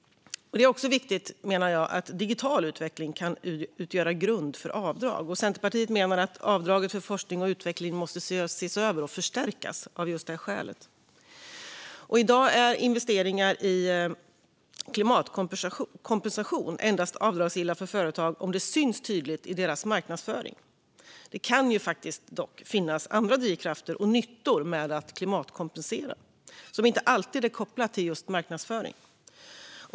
Det är också viktigt, menar jag, att digital utveckling kan utgöra grund för avdrag. Centerpartiet menar att avdraget för forskning och utveckling måste ses över och förstärkas av just det skälet. I dag är investeringar i klimatkompensation avdragsgilla för företag endast om det syns tydligt i deras marknadsföring. Det kan ju faktiskt finnas andra drivkrafter och nyttor med att klimatkompensera som inte alltid är kopplade till marknadsföring.